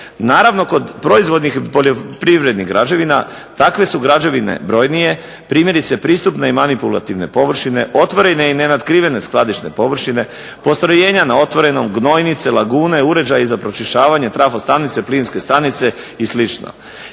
Naravno, kod proizvodnih poljoprivrednih građevina takve su građevine brojnije, primjerice pristupne i manipulativne površine, otvorene i nenatkrivene skladišne površine, postrojenja na otvorenom, gnojnice, lagune, uređaji za pročišćavanje, trafostanice, plinske stanice i